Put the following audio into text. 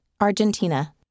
Argentina